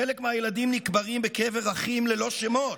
חלק מהילדים נקברים בקרב אזרחים ללא שמות.